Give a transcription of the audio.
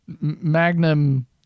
Magnum